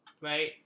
right